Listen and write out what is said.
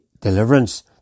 deliverance